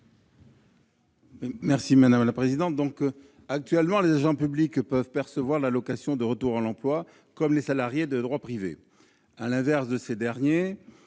l'avis de la commission ? Actuellement, les agents publics peuvent percevoir l'allocation de retour à l'emploi, comme les salariés de droit privé. À l'inverse de ce qui